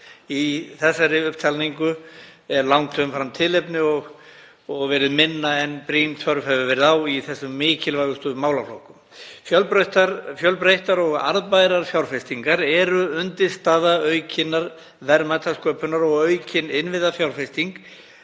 þessari upptalningu er langt umfram tilefni og verið minna en brýn þörf hefur verið á í þessum mikilvægustu málaflokkum. Fjölbreyttar og arðbærar fjárfestingar eru undirstaða aukinnar verðmætasköpunar og aukin innviðafjárfesting